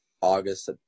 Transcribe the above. August